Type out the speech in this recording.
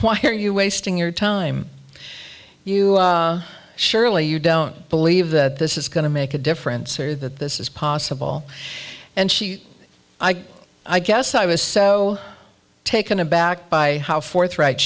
why are you wasting your time you surely you don't believe that this is going to make a difference or that this is possible and she i guess i was so taken aback by how forthright